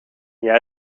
jij